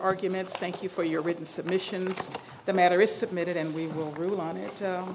argument thank you for your written submission of the matter is submitted and we will rule on it